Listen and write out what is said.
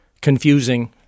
confusing